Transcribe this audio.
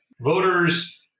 Voters